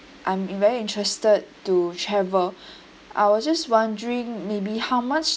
I'm I'm very interested to travel I was just wondering maybe how much